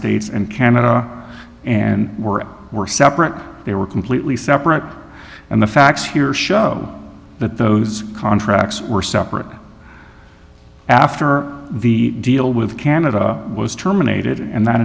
states and canada and were were separate they were completely separate and the facts here show that those contracts were separate after the deal with canada was terminated and